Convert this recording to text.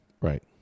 right